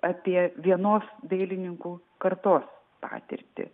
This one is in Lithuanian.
apie vienos dailininkų kartos patirtį